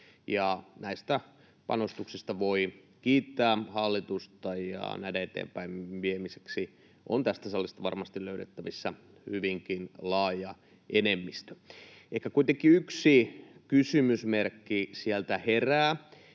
Näistä panostuksista voi kiittää hallitusta, ja näiden eteenpäinviemiseksi on tästä salista varmasti löydettävissä hyvinkin laaja enemmistö. Ehkä kuitenkin yksi kysymysmerkki sieltä herää: